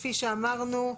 כפי שאמרנו,